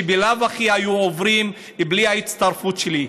שבלאו הכי היו עוברים בלי ההצטרפות שלי.